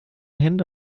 hände